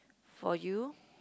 for you